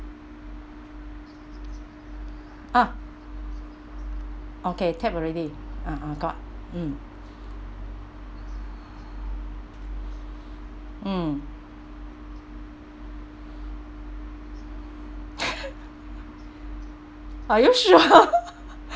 ah okay type already ah ah got mm mm are you sure